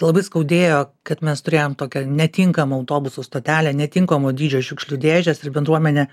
labai skaudėjo kad mes turėjom tokią netinkamą autobusų stotelę netinkamo dydžio šiukšlių dėžes ir bendruomenė